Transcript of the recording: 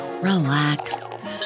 relax